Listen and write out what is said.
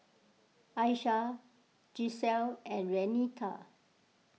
Ayesha Gisselle and Renita